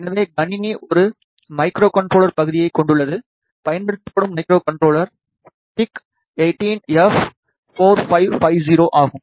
எனவே கணினி ஒரு மைக்ரோகண்ட்ரோலர் பகுதியைக் கொண்டுள்ளது பயன்படுத்தப்படும் மைக்ரோகண்ட்ரோலர் பிஐசி18எப்4550 ஆகும்